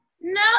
No